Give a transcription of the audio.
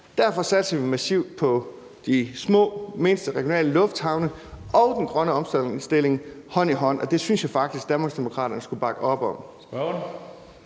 Derfor satser vi massivt på de mindste regionale lufthavne og den grønne omstilling, så det går hånd i hånd, og det synes jeg faktisk Danmarksdemokraterne skulle bakke op om.